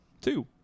Two